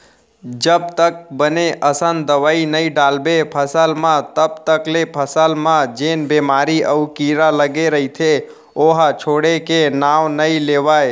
जब तक बने असन दवई नइ डालबे फसल म तब तक ले फसल म जेन बेमारी अउ कीरा लगे रइथे ओहा छोड़े के नांव नइ लेवय